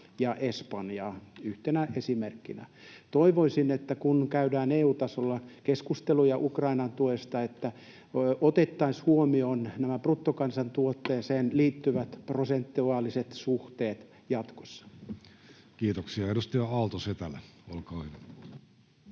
ja Espanja, yhtenä esimerkkinä. Toivoisin, että kun käydään EU-tasolla keskusteluja Ukrainan tuesta, niin otettaisiin huomioon nämä bruttokansantuotteeseen liittyvät prosentuaaliset suhteet jatkossa. Kiitoksia. — Edustaja Aalto-Setälä, olkaa hyvä.